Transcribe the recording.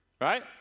right